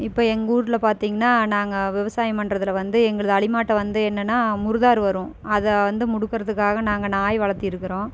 இப்போ எங்கூரில் பார்த்திங்கன்னா நாங்கள் விவசாயம் பண்ணுறதுல வந்து எங்களது அலிமாட்டை வந்து என்னன்னா முருகார் வரும் அதை வந்து முடுக்கறதுக்காக நாங்கள் நாய் வளர்த்திருக்குறோம்